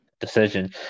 decision